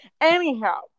anyhow